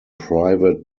private